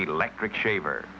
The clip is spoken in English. electric shaver